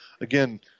again